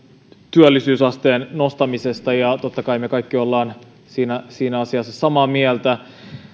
työllisyysasteen nostamisesta ja totta kai me kaikki olemme siinä asiassa samaa mieltä